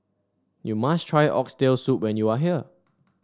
you must try Oxtail Soup when you are here